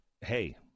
hey